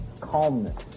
calmness